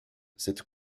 cette